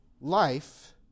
life